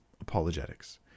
apologetics